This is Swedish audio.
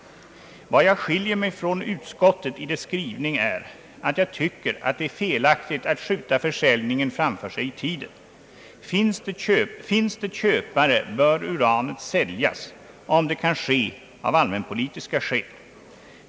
Skillnaden mellan min uppfattning och utskottets uppfattning i dess skrivning är att jag tycker att det är felaktigt att skjuta försäljningen framför sig i tiden. Finns det köpare, bör uranet säljas, om det kan ske av allmänpolitiska skäl.